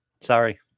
Sorry